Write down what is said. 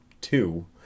Two